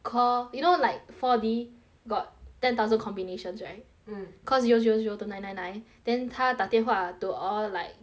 call you know like four D got ten thousand combinations right mm call zero zero zero two nine nine nine then 他打电话 to all like